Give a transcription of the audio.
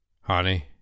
Honey